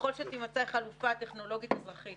"ככל שתמצא חלופה טכנולוגית אזרחית,